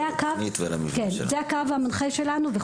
זה הקו המנחה שלנו.